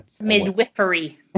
Midwifery